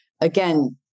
again